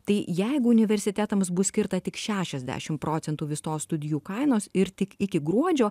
tai jeigu universitetams bus skirta tik šešiasdešim procentų visos studijų kainos ir tik iki gruodžio